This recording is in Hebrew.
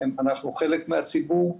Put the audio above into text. אנחנו חלק מהציבור,